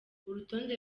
urutonde